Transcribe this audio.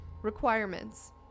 Requirements